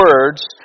words